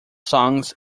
songs